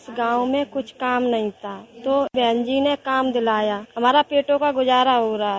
इस गांव में कुछ काम नहीं था तो बहन जी ने काम दिलाया हमारे पेट का गुजारा हो रहा है